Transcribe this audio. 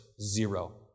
zero